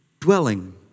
dwelling